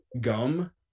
gum